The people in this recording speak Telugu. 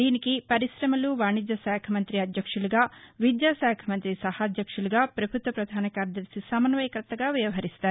దీనికి పరిశమలు వాణిజ్య శాఖ మంతి అధ్యక్షులుగా విద్యాశాఖ మంత్రి సహాధ్యక్షులుగా ప్రభుత్వ పధాన కార్యదర్శి సమస్వయ కర్తగా వ్యవహరిస్తారు